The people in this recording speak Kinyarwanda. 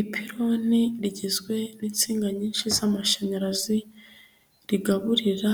Ipironi rigizwe n'insinga nyinshi z'amashanyarazi, rigaburira